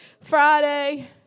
Friday